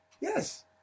Yes